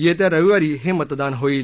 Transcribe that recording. येत्या रविवारी हे मतदान होईल